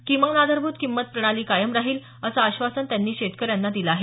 किमान आधारभूत किंमत प्रणाली कायम राहील असं आश्वासन त्यांनी शेतकऱ्यांना दिलं आहे